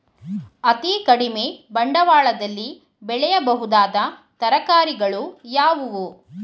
ಅತೀ ಕಡಿಮೆ ಬಂಡವಾಳದಲ್ಲಿ ಬೆಳೆಯಬಹುದಾದ ತರಕಾರಿಗಳು ಯಾವುವು?